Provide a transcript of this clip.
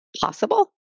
possible